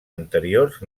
anteriors